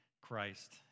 Christ